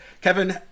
Kevin